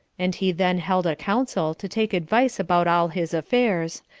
and he then held a council to take advice about all his affairs,